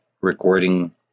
recording